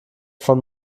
von